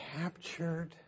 captured